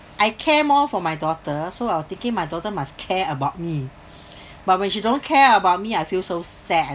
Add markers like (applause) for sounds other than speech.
I care more for my daughter so I was thinking my daughter must care about me (breath) but when she don't care about me I feel so sad